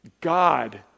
God